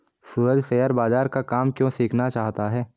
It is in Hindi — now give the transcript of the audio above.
सूरज शेयर बाजार का काम क्यों सीखना चाहता है?